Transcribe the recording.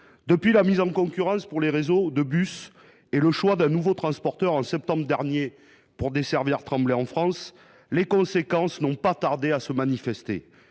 Depuis la mise en concurrence pour les réseaux de bus et le choix d’un nouveau transporteur au mois de septembre dernier pour desservir Tremblay en France, les conséquences n’ont pas tardé à se manifester